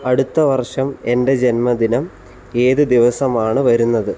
അടുത്ത വർഷം എന്റെ ജന്മദിനം ഏത് ദിവസമാണ് വരുന്നത്